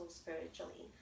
spiritually